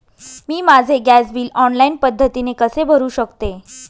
मी माझे gas bill online पद्धतीने कसे भरु शकते?